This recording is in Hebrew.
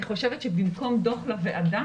אני חושבת שבמקום דוח לוועדה.